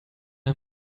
him